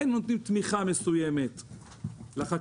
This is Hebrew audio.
היינו נותנים תמיכה מסוימת לחקלאים,